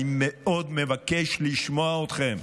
אני מאוד מבקש לשמוע אתכם,